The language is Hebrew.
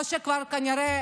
או שכבר כנראה